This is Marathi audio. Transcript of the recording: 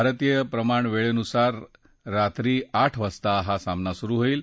भारतीय प्रमाण वेळेनुसार रात्री आठ वाजता हा सामना सुरु होईल